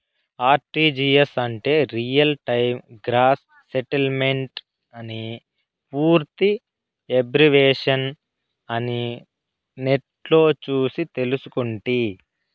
RTGS అంటే real time gross సెటిల్మెంటని పూర్తి ఎబ్రివేషను అని నెట్లో సూసి తెల్సుకుంటి